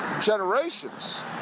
generations